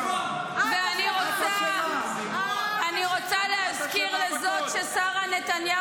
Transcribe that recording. אני לא רוצה לקרוא לך בקריאה ראשונה.